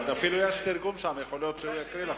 אפילו יש תרגום שם, יכול להיות שהוא יקרא לך.